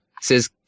Says